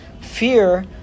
fear